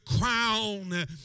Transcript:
crown